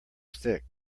stick